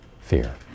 fear